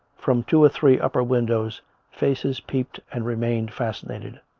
from two or three upper windows faces peeped and remained fascinated.